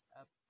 up